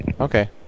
okay